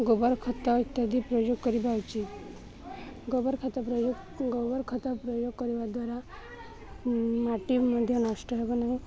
ଗୋବର ଖତ ଇତ୍ୟାଦି ପ୍ରୟୋଗ କରିବା ଉଚିତ୍ ଗୋବର ଖତ ପ୍ରୟୋଗ ଗୋବର ଖତ ପ୍ରୟୋଗ କରିବା ଦ୍ୱାରା ମାଟି ମଧ୍ୟ ନଷ୍ଟ ହେବ ନାହିଁ